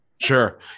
Sure